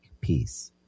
peace